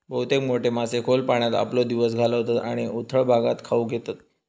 बहुतेक मोठे मासे खोल पाण्यात आपलो दिवस घालवतत आणि उथळ भागात खाऊक येतत